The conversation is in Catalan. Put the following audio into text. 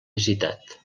visitat